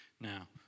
now